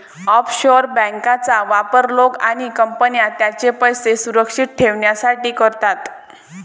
offshore बँकांचा वापर लोक आणि कंपन्या त्यांचे पैसे सुरक्षित ठेवण्यासाठी करतात